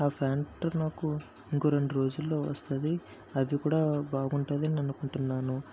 ఆ ప్యాంట్ నాకు ఇంకో రెండు రోజుల్లో వస్తుంది అది కూడా బాగుంటుంది అని అనుకుంటున్నాను